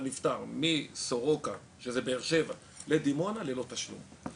הנפטר מסורוקה בבאר שבע לדימונה ללא תשלום.